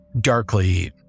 darkly